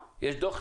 יש דוח.